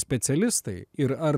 specialistai ir ar